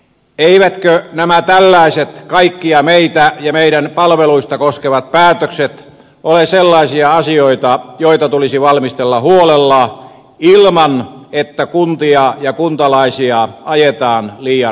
eivätkö nämä tällaiset kaikkia meitä ja meidän palveluitamme koskevat päätökset ole sellaisia asioita joita tulisi valmistella huolella ilman että kuntia ja kuntalaisia ajetaan liian ahtaalle